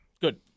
Good